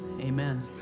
Amen